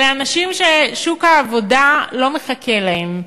אלה אנשים ששוק העבודה לא מחכה להם.